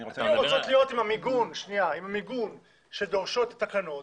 אם הן רוצות להיות עם המיגון שדורשות התקנות,